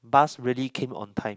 bus really came on time